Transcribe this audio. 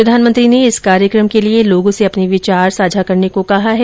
प्रधानमंत्री ने इस कार्यकम के लिए लोगों से अपने विचार साझा करने को कहा है